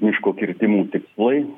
miško kirtimų tikslai